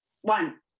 one